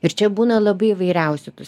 ir čia būna labai įvairiausių tų